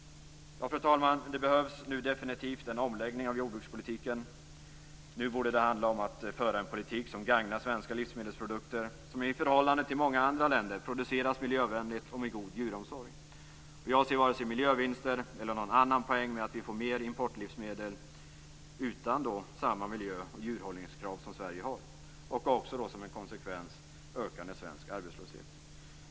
Fru talman! Det behövs definitivt en omläggning av jordbrukspolitiken. Nu borde det handla om att föra en politik som gagnar svenska livsmedelsprodukter som i förhållande till många andra länder produceras miljövänligt och med god djuromsorg. Jag ser vare sig miljövinster eller någon annan poäng med att vi får mer importlivsmedel, utan samma miljöoch djurhållningskrav som Sverige har, och också som en konsekvens ökande svensk arbetslöshet.